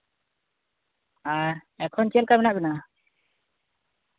ᱦᱮᱸ ᱮᱠᱷᱚᱱ ᱪᱮᱫ ᱞᱮᱠᱟ ᱢᱮᱱᱟᱜ ᱵᱮᱱᱟ